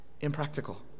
impractical